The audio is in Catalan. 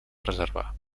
preservar